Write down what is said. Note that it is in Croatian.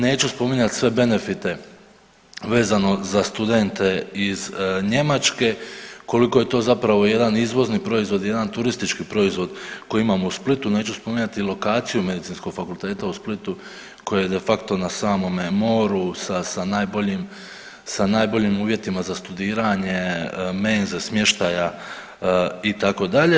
Neću spominjati sve benefite vezano za studente iz Njemačke, koliko je to zapravo jedan izvozni proizvod i jedan turistički proizvod koji imamo u Splitu, neću spominjati i lokaciju Medicinskog fakulteta u Splitu koji je de facto na samome moru sa najboljim uvjetima za studiranje, menze, smještaja, itd.